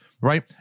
right